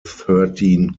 thirteen